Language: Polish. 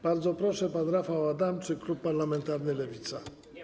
Bardzo proszę, pan Rafał Adamczyk, Klub Parlamentarny Lewica.